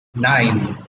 nine